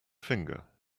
finger